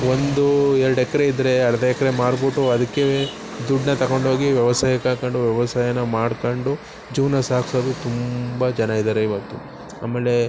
ಒಂದು ಎರಡು ಎಕ್ರೆ ಇದ್ದರೆ ಅರ್ಧ ಎಕ್ರೆ ಮಾರಿಬಿಟ್ಟು ಅದಕ್ಕೆ ದುಡ್ಡನ್ನ ತಗೊಂಡೋಂಗಿ ವ್ಯವಸಾಯಕ್ಕೆ ಹಾಕೊಂಡು ವ್ಯವಸಾಯನ ಮಾಡ್ಕೊಂಡು ಜೀವನ ಸಾಗ್ಸೋದು ತುಂಬ ಜನ ಇದಾರೆ ಇವತ್ತು ಆಮೇಲೆ